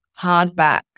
hardback